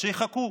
שיחכו.